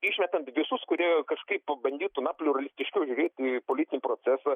išmetant visus kurie kažkaip bandytų na pliuralistiškiau įveikti politinį procesą